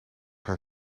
haar